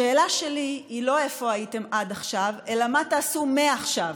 השאלה שלי היא לא איפה הייתם עד עכשיו אלא מה תעשו מעכשיו.